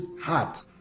heart